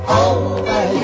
over